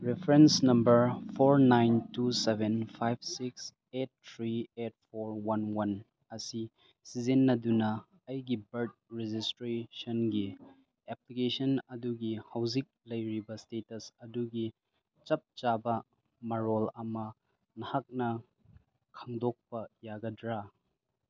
reference number four nine two seven five six eight three eight four one one ꯑꯁꯤ ꯁꯤꯖꯤꯟꯅꯗꯨꯅ ꯑꯩꯒꯤ birth ꯔꯦꯖꯤꯁꯇ꯭ꯔꯦꯁꯟꯒꯤ application ꯑꯗꯨꯒꯤ ꯍꯧꯖꯤꯛ ꯂꯩꯔꯤꯕ ꯏꯁꯇꯦꯇꯁ ꯑꯗꯨꯒꯤ ꯆꯞ ꯆꯥꯕ ꯃꯔꯣꯜ ꯑꯃ ꯅꯍꯥꯛꯅ ꯈꯪꯗꯣꯛꯄ ꯌꯥꯒꯗ꯭ꯔꯥ